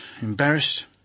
embarrassed